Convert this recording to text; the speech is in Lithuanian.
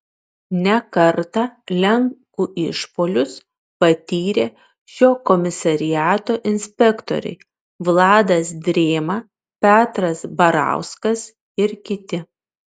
ne kartą lenkų išpuolius patyrė šio komisariato inspektoriai vladas drėma petras barauskas ir kiti